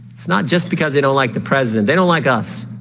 it's not just because they don't like the president. they don't like us.